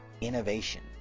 innovation